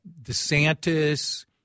Desantis